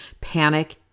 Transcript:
Panic